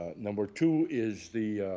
number two is the